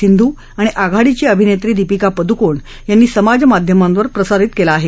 सिंधू आणि आघाडीची अभिनेत्रा दिपीका पडूकोण यांनीही समाज माध्यमावर प्रसारित केला आहे